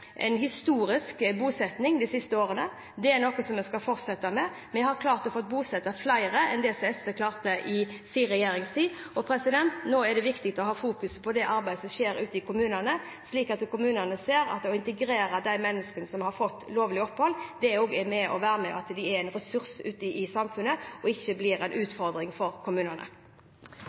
historisk bosetting de siste årene, og det er noe vi skal fortsette med. Vi har klart å bosette flere enn det SV klarte i sin regjeringstid. Nå er det viktig å fokusere på det arbeidet som skjer ute i kommunene, slik at kommunene ser at det å integrere de menneskene som har fått lovlig opphold, bidrar til at de er en ressurs i samfunnet og ikke en